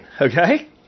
okay